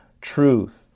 truth